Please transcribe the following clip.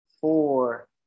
four